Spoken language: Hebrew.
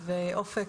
אופק,